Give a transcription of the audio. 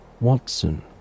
Watson